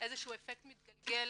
איזה שהוא אפקט מתגלגל